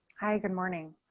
hi, good morning.